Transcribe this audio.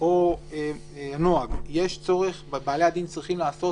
או לפי הנוהג בעלי הדין צריכים לעשות